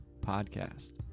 podcast